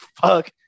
fuck